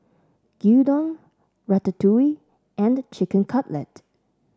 Gyudon Ratatouille and Chicken Cutlet